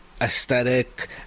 aesthetic